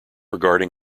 regarding